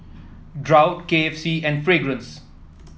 Braun K F C and Fragrance